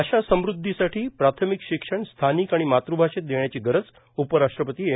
भाषा समृद्धीसाठी प्राथमिक शिक्षण स्थानिक आणि मातृभाषेत देण्याची नितांत गरज उपराष्ट्रपती एम